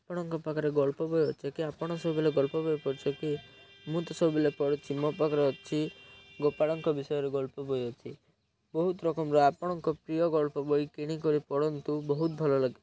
ଆପଣଙ୍କ ପାଖରେ ଗଳ୍ପ ବହି ଅଛି କି ଆପଣ ସବୁବେଲେ ଗଳ୍ପ ବହି ପଢୁଛ କି ମୁଁ ତ ସବୁବେଳେ ପଢୁଛି ମୋ ପାଖରେ ଅଛି ଗୋପାଳଙ୍କ ବିଷୟରେ ଗଳ୍ପ ବହି ଅଛି ବହୁତ ରକମର ଆପଣଙ୍କ ପ୍ରିୟ ଗଳ୍ପ ବହି କିଣି କରି ପଢ଼ନ୍ତୁ ବହୁତ ଭଲ ଲାଗେ